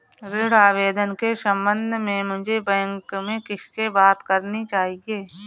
ऋण आवेदन के संबंध में मुझे बैंक में किससे बात करनी चाहिए?